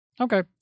Okay